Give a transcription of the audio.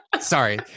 Sorry